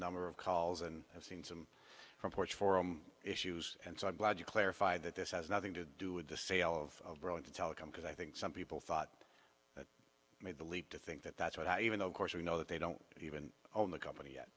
number of calls and i've seen some reports forum issues and so i'm glad you clarified that this has nothing to do with the sale of borrowing to telecom because i think some people thought made the leap to think that that's what i even though of course you know that they don't even own the company yet